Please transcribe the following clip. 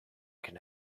can